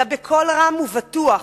אלא בקול רם ובטוח: